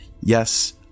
Yes